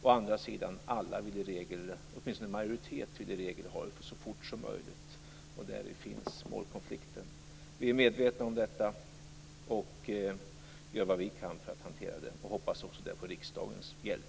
Å andra sidan vill i regel en majoritet ha ändringen så fort som möjligt. Däri finns målkonflikten. Vi är medvetna om detta och gör vad vi kan för att hantera det, och hoppas naturligtvis också på riksdagens hjälp.